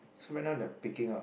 so right now they are picking up